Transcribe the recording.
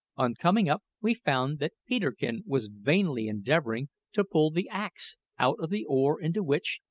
on coming up we found that peterkin was vainly endeavouring to pull the axe out of the oar into which,